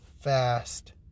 fast